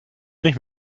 nicht